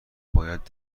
باید